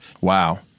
Wow